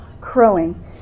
crowing